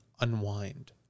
unwind